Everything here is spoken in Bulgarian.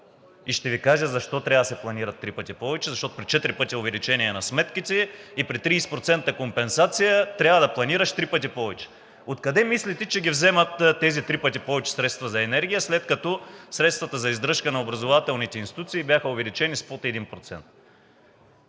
Ще Ви кажа защо трябва да се планират три пъти повече. Защото при четири пъти увеличение на сметките и при 30% компенсация трябва да планираш три пъти повече. Откъде мислите, че ги вземат тези три пъти повече средства за енергия, след като средствата за издръжка на образователните институции бяха увеличени с под 1%?